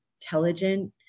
intelligent